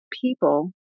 people